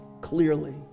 clearly